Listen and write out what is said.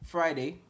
Friday